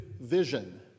vision